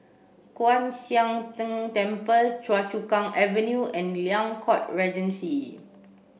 Kwan Siang Tng Temple Choa Chu Kang Avenue and Liang Court Regency